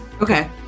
Okay